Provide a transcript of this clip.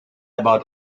about